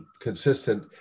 consistent